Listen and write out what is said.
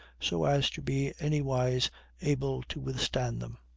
so as to be anywise able to withstand them.